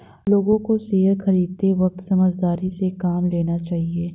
लोगों को शेयर खरीदते वक्त समझदारी से काम लेना चाहिए